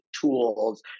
tools